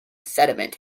sediment